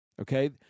Okay